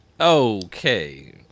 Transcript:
Okay